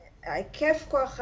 היקף כח האדם,